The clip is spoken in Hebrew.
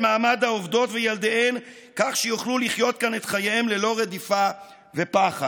את מעמד העובדות וילדיהן כך שיוכלו לחיות כאן את חייהם ללא רדיפה ופחד.